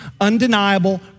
undeniable